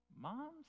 mom